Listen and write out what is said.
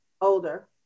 older